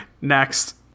Next